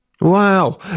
Wow